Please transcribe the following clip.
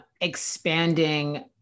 expanding